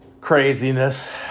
craziness